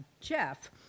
Jeff